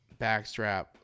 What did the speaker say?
backstrap